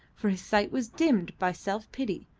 for his sight was dimmed by self pity,